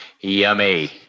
Yummy